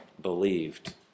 believed